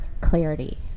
clarity